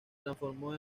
transformó